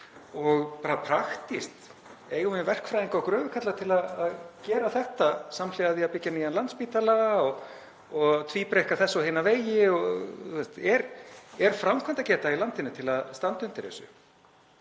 Og bara praktískt, eigum við verkfræðinga og gröfukalla til að gera þetta samhliða því að byggja nýjan Landspítala og tvíbreikka þessa og hina vegi, er framkvæmdageta í landinu til að standa undir þessu?